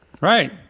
Right